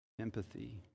Empathy